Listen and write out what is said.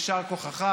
יישר כוחך,